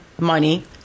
money